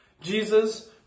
Jesus